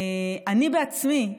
אני עצמי,